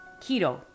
Keto